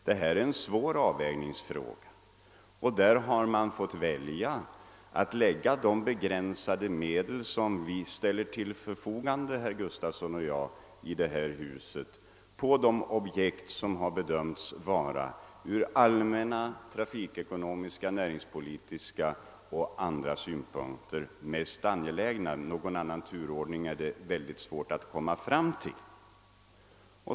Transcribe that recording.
Det är en svår avvägningsfråga, och där har vi fått välja att lägga de begränsade medel som herr Gustavsson och jag i detta hus anslår på de objekt som har bedömts vara de ur allmänna, trafikekonomiska, näringspolitiska och andra synpunkter mest angelägna. Någon annan turordning är det väl mycket svårt att komma fram till.